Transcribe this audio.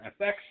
FX